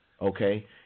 okay